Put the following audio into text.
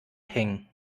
hängen